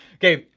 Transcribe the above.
okay,